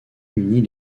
unit